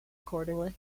accordingly